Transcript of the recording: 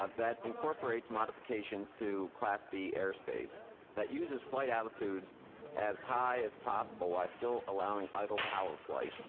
ah that incorporates modifications to class b air space that uses flight altitudes as high as possible while still allowing idle power flight,